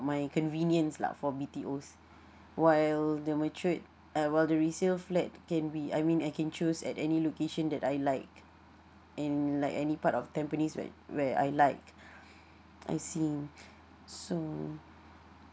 my convenience lah for B_T_Os while the matured uh while the resale flat can be I mean I can choose at any location that I like and like any part of tampines right where I like I see so